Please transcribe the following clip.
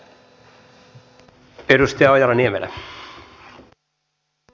arvoisa herra puhemies